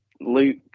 Luke